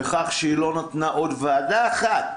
בכך שהיא לא נתנה עוד ועדה אחת,